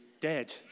dead